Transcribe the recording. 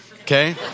okay